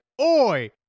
Oi